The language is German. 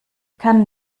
kann